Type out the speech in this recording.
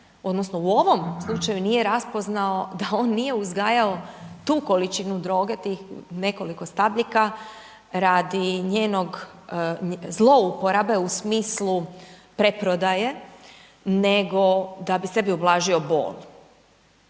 odnosno u ovom slučaju nije raspoznao da on nije uzgajao tu količinu droge, tih nekoliko stabljika radi njenog zlouporabe u smislu preprodaje, nego da bi sebi ublažio bol